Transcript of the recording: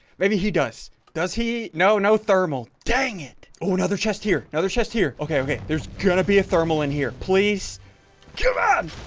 maybe he does does he no no thermal. dang it. oh another chest here another chest here. okay okay, there's gonna be a thermal in here, please come on